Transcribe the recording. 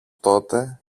τότε